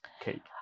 cake